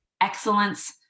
excellence